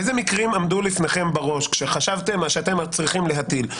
איזה מקרים עמדו לפניכם בראש כשחשבתם שאתם צריכים להטיל?